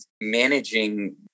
managing